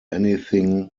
anything